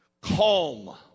calm